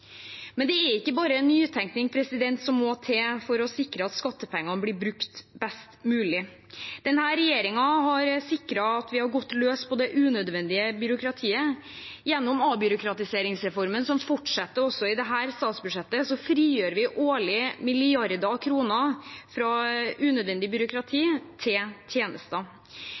Men det er ikke bare nytenkning som må til for å sikre at skattepengene blir brukt best mulig. Denne regjeringen har sikret at vi har gått løs på det unødvendige byråkratiet. Gjennom avbyråkratiseringsreformen som fortsetter også i dette statsbudsjettet, frigjør vi årlig milliarder av kroner fra unødvendig byråkrati til tjenester.